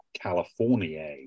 California